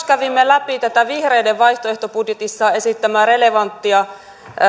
kävimme läpi myös tätä vihreiden vaihtoehtobudjetissaan esittämää relevanttia